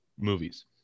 movies